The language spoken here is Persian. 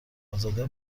ازاده